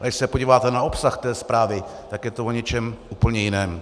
A když se podíváte na obsah té zprávy, tak je to o něčem úplně jiném.